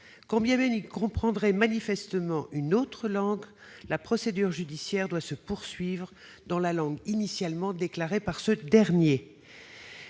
étranger comprendrait manifestement une autre langue, la procédure judiciaire doit se poursuivre dans la langue initialement déclarée par ce dernier.